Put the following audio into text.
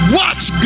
watch